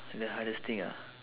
the hardest thing ah